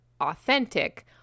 authentic